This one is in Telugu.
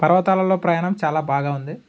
పర్వతాలలో ప్రయాణం చాలా బాగా ఉంది